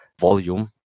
volume